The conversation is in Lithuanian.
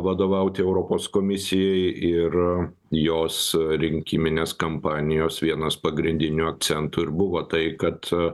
vadovauti europos komisijai ir jos rinkiminės kampanijos vienas pagrindinių akcentų ir buvo tai kad